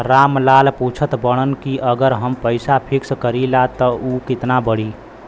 राम लाल पूछत बड़न की अगर हम पैसा फिक्स करीला त ऊ कितना बड़ी?